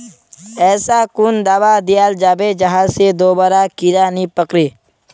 ऐसा कुन दाबा दियाल जाबे जहा से दोबारा कीड़ा नी पकड़े?